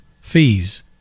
Fees